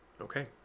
Okay